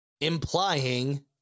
implying